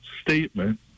statement